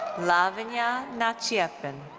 lavanya natchiappan.